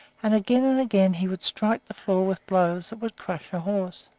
and again and again he would strike the floor with blows that would crush a horse.